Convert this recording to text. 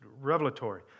revelatory